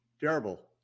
Terrible